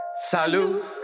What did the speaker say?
Salut